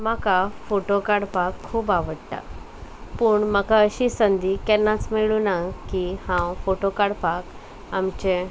म्हाका फोटो काडपाक खूब आवडटा पूण म्हाका अशी संदी केन्नाच मेळूंक ना की हांव फोटो काडपाक आमचे